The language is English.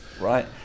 right